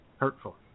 Hurtful